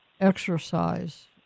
exercise